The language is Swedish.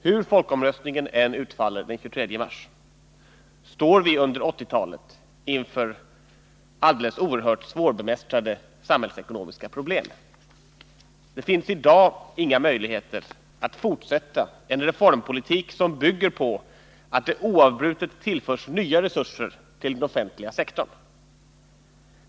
Hur folkomröstningen än utfaller den 23 mars står vi under 1980-talet inför alldeles oerhört svårbemästrade samhällsekonomiska problem. Det finns i dag inga möjligheter att fortsätta en reformpolitik som bygger på att det oavbrutet tillförs nya resurser till den offentliga sektorn.